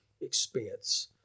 expense